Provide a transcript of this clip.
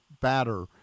batter